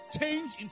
change